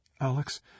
Alex